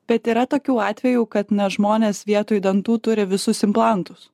bet yra tokių atvejų kad na žmonės vietoj dantų turi visus implantus